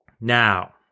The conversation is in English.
Now